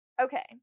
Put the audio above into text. Okay